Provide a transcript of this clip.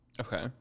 Okay